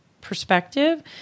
perspective